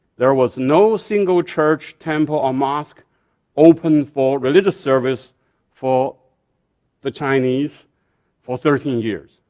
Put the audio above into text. there was no single church, temple, or mosque open for religious service for the chinese for thirteen years.